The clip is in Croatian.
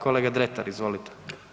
Kolega Dretar, izvolite.